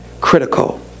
critical